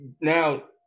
now